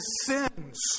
sins